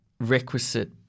requisite